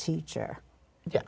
teacher